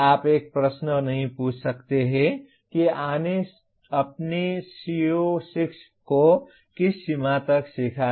आप एक प्रश्न नहीं पूछ सकते हैं कि आपने CO6 को किस सीमा तक सीखा है